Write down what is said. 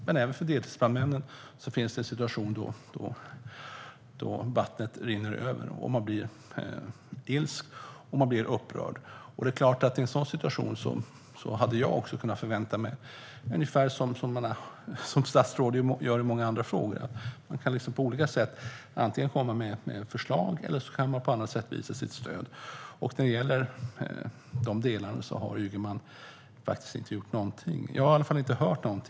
Men även för deltidsbrandmännen finns det situationer då vattnet rinner över och de blir ilskna och upprörda. I en sådan situation förväntar jag mig att statsrådet agerar på olika sätt, som ju statsrådet gör i många andra frågor. Han kan antingen komma med förslag, eller så kan han på annat sätt visa sitt stöd. När det gäller dessa delar har Ygeman faktiskt inte gjort någonting. Åtminstone har jag inte hört något.